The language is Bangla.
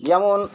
যেমন